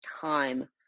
time